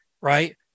Right